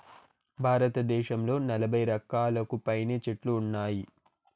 భారతదేశంలో నలబై రకాలకు పైనే చెట్లు ఉన్నాయి